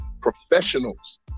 Professionals